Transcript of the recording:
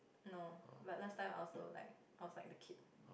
no but last time I also like I was like the kid